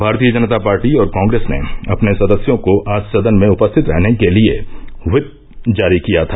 भारतीय जनता पार्टी और कांग्रेस ने अपने सदस्यों को आज सदन में उपस्थित रहने के लिए व्हिप जारी किया था